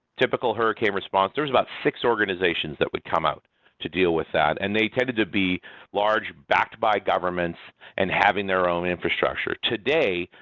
typical hurricane response, there's about of six organizations that would come out to deal with that, and they tended to be large backed by governments and having their own infrastructure. today,